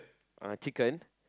uh chicken